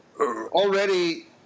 already